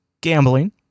gambling